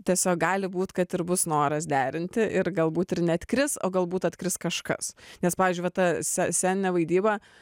tiesiog gali būt kad ir bus noras derinti ir galbūt ir neatskris o galbūt atkris kažkas nes pavyzdžiui va ta sce sceninė vaidyba